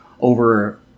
over